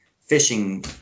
fishing